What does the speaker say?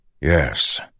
Yes